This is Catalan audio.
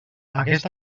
aquest